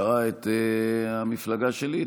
שקרע את המפלגה שלי,